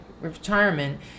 retirement